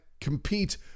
compete